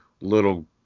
little